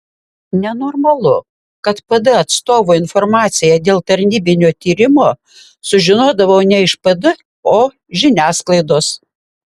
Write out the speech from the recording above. nenormalu kad pd atstovų informaciją dėl tarnybinio tyrimo sužinodavau ne iš pd o žiniasklaidos